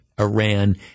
Iran